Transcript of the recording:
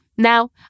Now